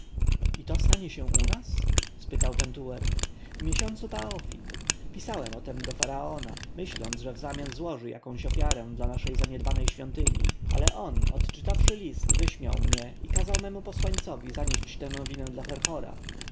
i to się stanie u nas spytał pentuer w miesiącu paofi pisałem o tem do faraona myśląc że wzamian złoży jaką ofiarę dla naszej zaniedbanej świątyni ale on odczytawszy list wyśmiał mnie i kazał memu posłańcowi zanieść tę nowinę do herhora